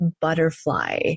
Butterfly